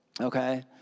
Okay